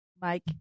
Mike